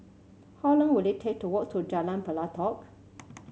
how long will it take to walk to Jalan Pelatok